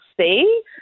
see